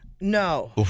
No